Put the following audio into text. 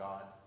God